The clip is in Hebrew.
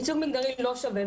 ייצוג מגדרי לא שווה,